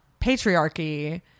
patriarchy